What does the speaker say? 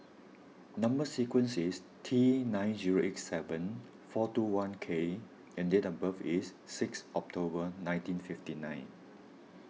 Number Sequence is T nine zero eight seven four two one K and date of birth is six October nineteen fifty nine